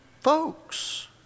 folks